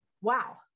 Wow